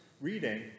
reading